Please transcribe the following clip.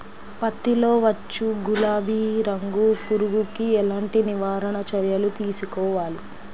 పత్తిలో వచ్చు గులాబీ రంగు పురుగుకి ఎలాంటి నివారణ చర్యలు తీసుకోవాలి?